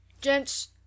Gents